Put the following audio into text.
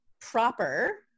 proper